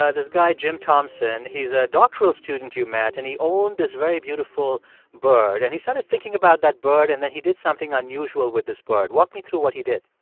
this guy, jim thompson, he's a doctoral student you met. and he owned this very beautiful bird. and he started thinking about that bird. and then he did something unusual with this bird. walk me through what he did